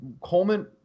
Coleman